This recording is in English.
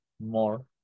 more